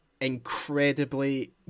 incredibly